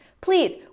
please